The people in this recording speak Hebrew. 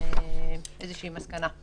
איזושהי מסקנה.